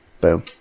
Boom